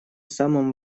самом